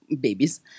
babies